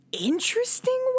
interesting